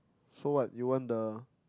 so what you want the